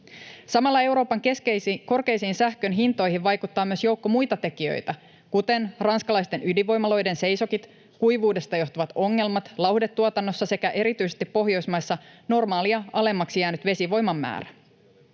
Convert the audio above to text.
Samalla Euroopan korkeisiin sähkön hintoihin vaikuttaa myös joukko muita tekijöitä, kuten ranskalaisten ydinvoimaloiden seisokit, kuivuudesta johtuvat ongelmat lauhdetuotannossa sekä erityisesti Pohjoismaissa normaalia alemmaksi jäänyt vesivoiman määrä.